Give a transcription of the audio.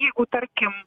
jeigu tarkim